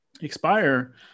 expire